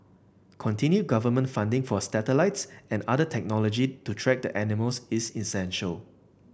continued government funding for satellites and other technology to track the animals is essential